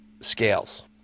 scales